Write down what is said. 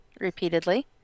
repeatedly